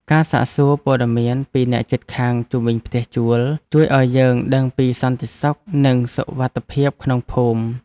ការសាកសួរព័ត៌មានពីអ្នកជិតខាងជុំវិញផ្ទះជួលជួយឱ្យយើងដឹងពីសន្តិសុខនិងសុវត្ថិភាពក្នុងភូមិ។